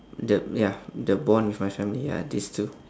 the ya the bond with my family ah these two